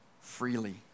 freely